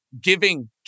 giving